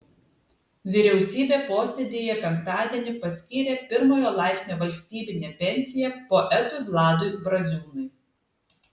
vyriausybė posėdyje penktadienį paskyrė pirmojo laipsnio valstybinę pensiją poetui vladui braziūnui